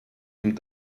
dem